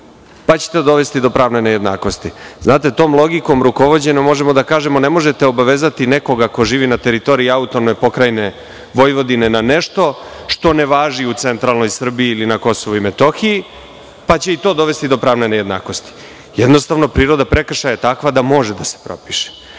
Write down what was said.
pa ćete dovesti do pravne nejednakosti. Znate, tom logikom rukovođenja možemo da kažemo – ne možete obavezati nekoga ko živi na teritoriji AP Vojvodine na nešto što ne važi u centralnoj Srbiji ili na Kosovu i Metohiji, pa će i to dovesti do pravne nejednakosti. Jednostavno, priroda prekršaja je takva da može da se propiše. Što